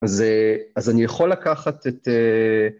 אז אז אני יכול לקחת את...